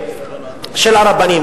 של הרבנים.